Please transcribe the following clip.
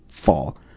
fall